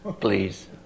please